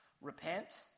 repent